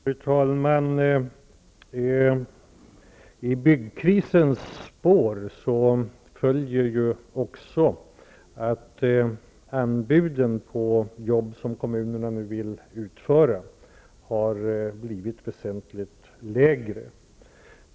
Fru talman! I byggkrisens spår följer också att anbuden på jobb som kommunerna vill utföra har blivit väsentligt lägre.